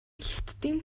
хятадын